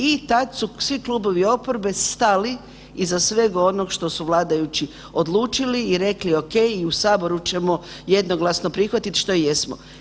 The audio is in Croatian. I tad su svi klubovi oporbe stali iza svega onog što su vladajući odlučili i rekli okej i u saboru ćemo jednoglasno prihvatit, što jesmo.